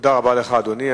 תודה רבה לך, אדוני.